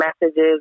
messages